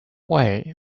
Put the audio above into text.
way